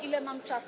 Ile mam czasu?